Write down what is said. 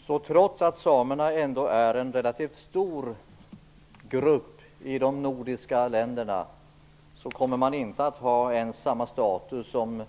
Herr talman! Det innebär att samerna, trots att de utgör en relativt stor grupp i de nordiska länderna, inte kommer att ha samma status som